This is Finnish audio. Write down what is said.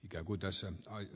ikäänkuin tässä aika